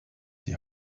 die